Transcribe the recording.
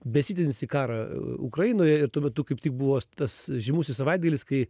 besitęsiantį karą ukrainoje ir tuo metu kaip tik buvo tas žymusis savaitgalis kai